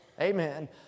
Amen